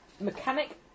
Mechanic